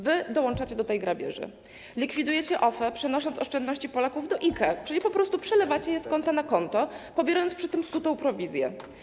Wy dołączacie do tej grabieży - likwidujecie OFE, przenosząc oszczędności Polaków do IKE, czyli po prostu przelewacie je z konta na konto, pobierając przy tym sutą prowizję.